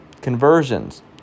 conversions